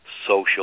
Social